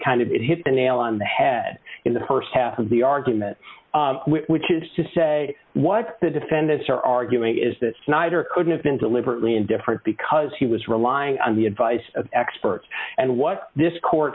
kind of it hit the nail on the head in the st half of the argument which is to say what the defendants are arguing is that snyder couldn't have been deliberately indifferent because he was relying on the advice of experts and what this court